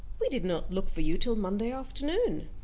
we did not look for you till monday afternoon.